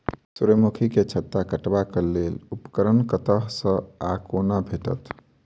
सूर्यमुखी केँ छत्ता काटबाक लेल उपकरण कतह सऽ आ कोना भेटत?